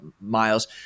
Miles